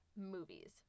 movies